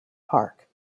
park